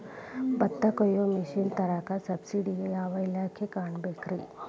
ಭತ್ತ ಕೊಯ್ಯ ಮಿಷನ್ ತರಾಕ ಸಬ್ಸಿಡಿಗೆ ಯಾವ ಇಲಾಖೆ ಕಾಣಬೇಕ್ರೇ?